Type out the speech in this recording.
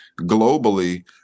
globally